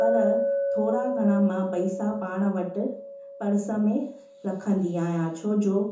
पर थोरा घणा पैसा मां पाण वटि पर्स में रखंदी आहियां छो जो